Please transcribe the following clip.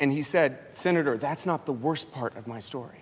and he said senator that's not the worst part of my story